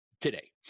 today